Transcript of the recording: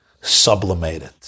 sublimated